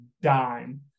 dime